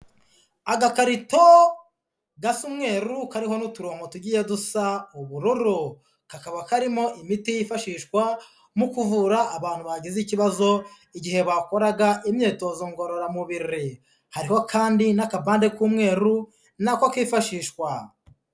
Agakarito gasa umweru kariho n'uturongo tugiye dusa mu bururu, kakaba karimo imiti yifashishwa mu kuvura abantu bagize ikibazo igihe bakoraga imyitozo ngororamubiri, hariho kandi n'akabande k'umweru na ko kifashishwa.